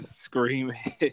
screaming